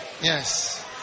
Yes